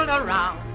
and around